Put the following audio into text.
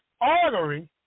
artery